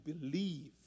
believe